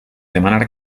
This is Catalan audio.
demanar